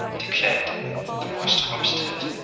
declared the most obstinate,